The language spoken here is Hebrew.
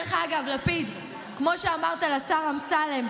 דרך אגב, לפיד, כמו שאמרת לשר אמסלם,